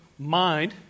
Mind